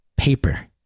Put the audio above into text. paper